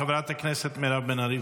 חברת הכנסת מירב בן ארי,